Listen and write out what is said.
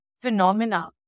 phenomena